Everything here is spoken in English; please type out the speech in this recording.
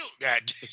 goddamn